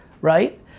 right